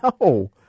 no